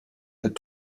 had